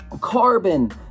carbon